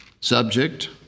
Subject